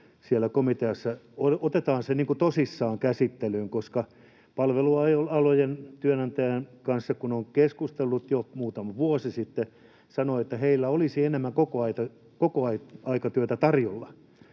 siellä komiteassa otettavan tosissaan käsittelyyn, koska palvelualojen työnantajan kanssa kun olen keskustellut jo muutama vuosi sitten, niin hän sanoi, että heillä olisi enemmän kokoaikatyötä tarjolla